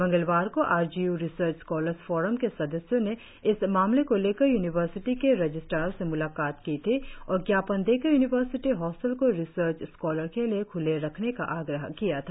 मंगलवार को R G U research scholars forum के सदस्यों ने इस मामले को लेकर यूनिवर्सिटी के रजिस्टार से मुलाकात की थी और ज्ञापन देकर यूनिवर्सिटी हास्टल को रिसर्च स्कॉलर्स के लिए ख्ले रखने का आग्रह किया था